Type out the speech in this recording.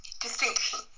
distinction